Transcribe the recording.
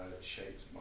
shaped